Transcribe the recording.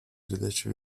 передачи